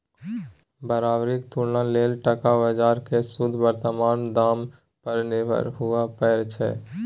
बराबरीक तुलना लेल टका बजार केँ शुद्ध बर्तमान दाम पर निर्भर हुअए परै छै